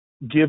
give